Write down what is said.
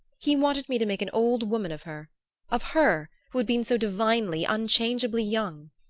he wanted me to make an old woman of her of her who had been so divinely, unchangeably young!